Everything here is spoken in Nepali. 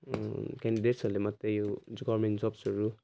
क्यान्डिडेट्सहरूले मात्रै यो गभर्मेन्ट जब्सहरू